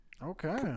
Okay